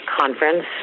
conference